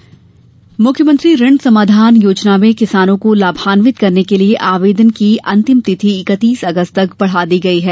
समाधान मुख्यमंत्री ऋण समाधान योजना में किसानों को लाभांवित करने के लिये आवेदन की अंतिम तिथि इकत्तीस अगस्त तक बढ़ा दी गई है